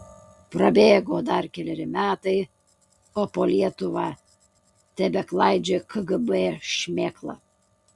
prabėgo dar keleri metai o po lietuvą tebeklaidžioja kgb šmėkla